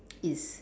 is